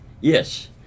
yes